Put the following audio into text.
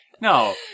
No